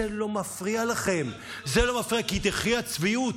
זה לא מפריע לכם, כי תחי הצביעות.